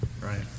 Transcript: right